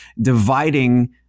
dividing